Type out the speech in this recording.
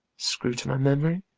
screw'd to my memory?